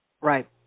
Right